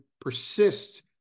persists